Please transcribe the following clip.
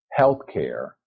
healthcare